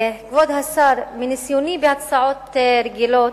השר, מניסיוני בהצעות רגילות,